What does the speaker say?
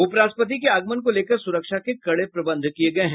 उपराष्ट्रपति के आगमन को लेकर सुरक्षा के कड़े प्रबंध किये गये हैं